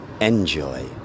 Enjoy